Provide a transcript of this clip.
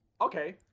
Okay